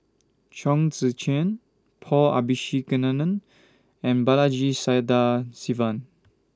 Chong Tze Chien Paul Abisheganaden and Balaji Sadasivan